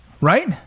right